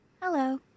hello